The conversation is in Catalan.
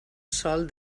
sòl